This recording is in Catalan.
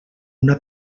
una